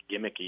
gimmicky